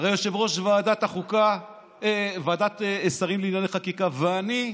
יושב-ראש ועדת שרים לענייני חקיקה, ואני,